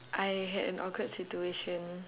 I had an awkward situation